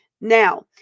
Now